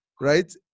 right